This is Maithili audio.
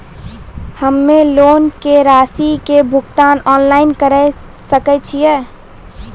हम्मे लोन के रासि के भुगतान ऑनलाइन करे सकय छियै?